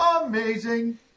Amazing